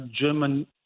German